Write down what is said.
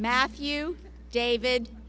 matthew david